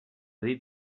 dir